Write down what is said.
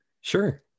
Sure